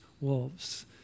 wolves